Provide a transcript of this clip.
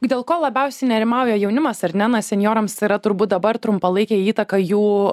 dėl ko labiausiai nerimauja jaunimas ar ne na senjorams yra turbūt dabar trumpalaikė įtaka jų